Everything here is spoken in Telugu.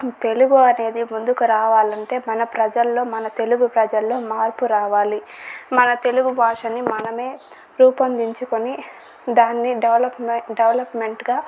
తెలుగు అనేది ముందుకు రావాలంటే మన ప్రజల్లో మన తెలుగు ప్రజల్లో మార్పు రావాలి మన తెలుగు భాషని మనమే రూపొందించుకొని దాన్ని డెవలప్మెంట్ డెవలప్మెంట్ గా